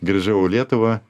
grįžau į lietuvą